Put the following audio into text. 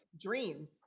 dreams